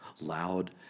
loud